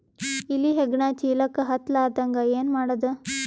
ಇಲಿ ಹೆಗ್ಗಣ ಚೀಲಕ್ಕ ಹತ್ತ ಲಾರದಂಗ ಏನ ಮಾಡದ?